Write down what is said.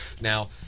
Now